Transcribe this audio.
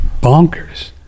bonkers